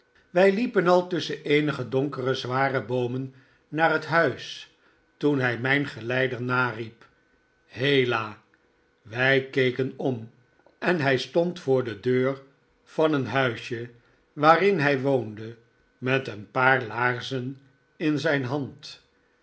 wij liepen al tusschen eenige donkere zware boomen naar het huis toen hij mijn geleider nariep hela wij keken om en hij stond voor de deur van een huisje waarin hij woonde met een paar laarzen in zijn hand